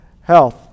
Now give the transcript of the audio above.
Health